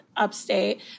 upstate